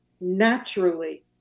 naturally